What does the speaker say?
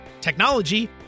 technology